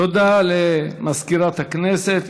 תודה למזכירת הכנסת.